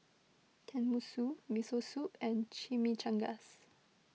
Tenmusu Miso Soup and Chimichangas